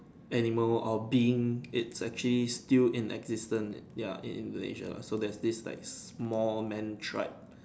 animal or being it's actually still in existent ya it in Malaysia so that is this like small man tribe